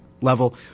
level